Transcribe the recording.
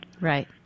Right